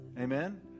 Amen